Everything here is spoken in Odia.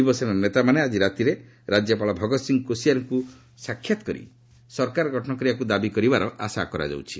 ଶିବସେନା ନେତାମାନେ ଆଜି ରାତିରେ ରାଜ୍ୟପାଳ ଭଗତ୍ ସିଂ କୋଶିଆରିଙ୍କୁ ସାକ୍ଷାତ୍ କରି ସରକାର ଗଠନ କରିବାକୁ ଦାବି କରିବାର ଆଶା କରାଯାଉଛି